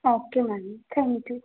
okay ma'am thank you